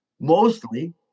Mostly